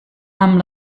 amb